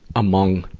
among